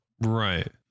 Right